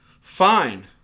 Fine